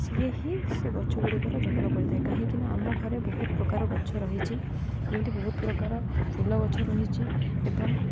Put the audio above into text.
ସିଏ ହିଁ ସେ ଗଛ ଗୁଡ଼ିକର ଯତ୍ନ କରିଥାଏ କାହିଁକିନା ଆମ ଘରେ ବହୁତ ପ୍ରକାର ଗଛ ରହିଛି ଯେମିତି ବହୁତ ପ୍ରକାର ଫୁଲ ଗଛ ରହିଛି ଏବଂ